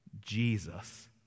Jesus